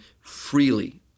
freely